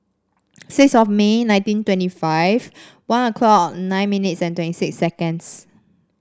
six of May nineteen twenty five one o'clock nine minutes twenty six seconds